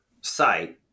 site